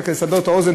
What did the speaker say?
רק כדי לסבר את האוזן,